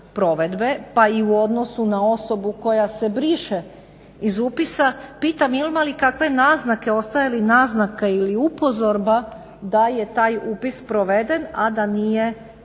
pa i u odnosu na osobu koja se briše iz upisa pitam ima li kakve naznake, ostaje li naznaka ili upozorba da je taj upis proveden a da nije